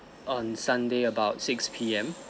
on sunday about six P_M